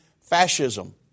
Fascism